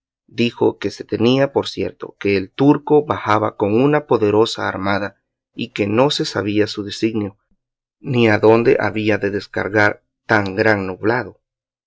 dijo que se tenía por cierto que el turco bajaba con una poderosa armada y que no se sabía su designio ni adónde había de descargar tan gran nublado